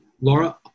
Laura